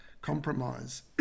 compromise